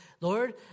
Lord